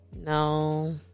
No